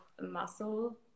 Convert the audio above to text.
muscle